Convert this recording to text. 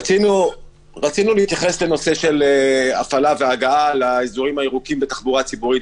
רצינו להתייחס לנושא של הפעלה והגעה לאזורים הירוקים בתחבורה ציבורית,